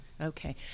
Okay